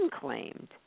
claimed